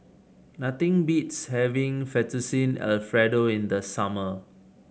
nothing beats having Fettuccine Alfredo in the summer